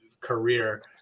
career